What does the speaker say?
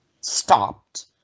stopped